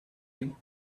you